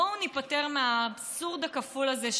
בואו ניפטר מהאבסורד הכפול הזה,